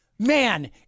Man